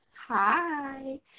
Hi